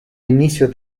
inicio